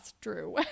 Drew